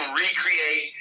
recreate